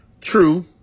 True